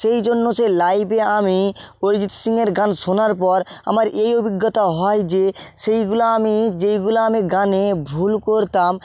সেই জন্য সে লাইভে আমি অরিজিৎ সিং এর গান শোনার পর আমার এই অভিজ্ঞতা হয় যে সেইগুলো আমি যেইগুলো আমি গানে ভুল করতাম